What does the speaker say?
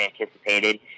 anticipated